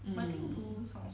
mm